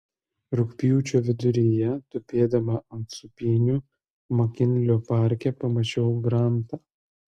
rugpjūčio viduryje tupėdama ant sūpynių makinlio parke pamačiau grantą